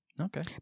Okay